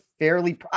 Fairly